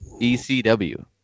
ECW